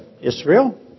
Israel